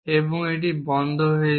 এবং এটি বন্ধ হয়ে যায়